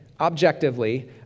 objectively